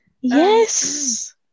yes